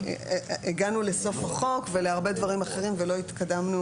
הגענו לסוף החוק ולהרבה דברים אחרים ולא התקדמנו